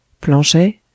Planchet